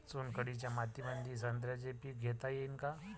चुनखडीच्या मातीमंदी संत्र्याचे पीक घेता येईन का?